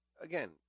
again